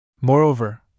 Moreover